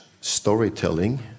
storytelling